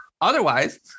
Otherwise